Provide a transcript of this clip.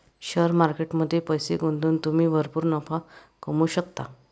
share market मध्ये पैसे गुंतवून तुम्ही भरपूर नफा कमवू शकता